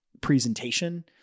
presentation